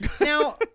Now